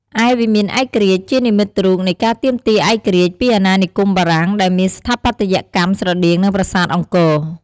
ឯវិមានឯករាជ្យ ជានិមិត្តរូបនៃការទាមទារឯករាជ្យពីអាណានិគមបារាំង ដែលមានស្ថាបត្យកម្មស្រដៀងនឹងប្រាសាទអង្គរ។